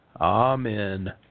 Amen